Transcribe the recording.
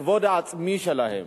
בכבוד העצמי שלהם,